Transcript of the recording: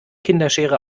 kinderschere